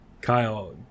kyle